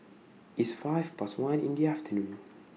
its five Past one in The afternoon